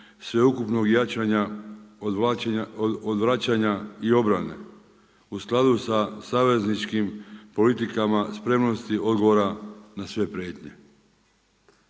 sveukupnog jačanja, odvraćanja i obrane u skladu sa savezničkim politikama spremnosti odgovora na sve prijetnje.